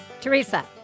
Teresa